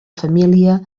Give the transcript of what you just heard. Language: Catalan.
família